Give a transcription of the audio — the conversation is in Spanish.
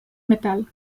metal